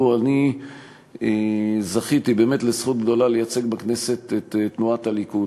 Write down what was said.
אני זכיתי באמת לזכות גדולה לייצג בכנסת את תנועת הליכוד.